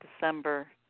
December